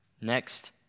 Next